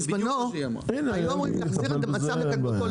בזמנו היו אמורים להחזיר את המצב לקדמותו,